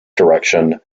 direction